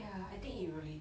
ya I think it really